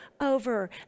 over